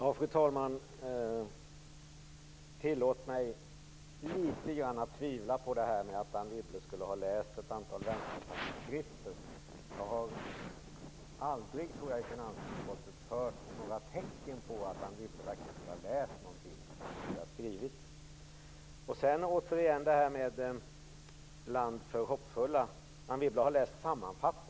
Fru talman! Tillåt mig tvivla litet grand på att Anne Wibble skulle ha läst ett antal vänsterpartiskrifter. I finansutskottet har jag aldrig hört att Anne Wibble skulle ha läst någonting som Vänsterpartiet har skrivit. Anne Wibble har alltså läst sammanfattningen i Land för hoppfulla, men har inga konkreta kommentarer.